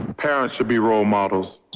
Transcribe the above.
parents should be role models